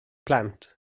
plant